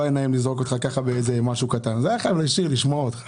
לכן לא היה נעים לזרוק לך משהו קטן אלא הייתי חייב לשאול את כל